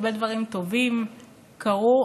הרבה דברים טובים קרו,